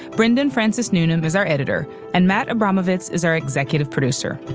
brendan francis newnam is our editor and matt abramowitz is our executive producer.